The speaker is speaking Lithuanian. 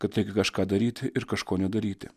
kad reikia kažką daryti ir kažko nedaryti